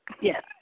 Yes